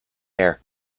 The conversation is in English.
air